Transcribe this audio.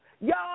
Y'all